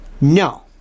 No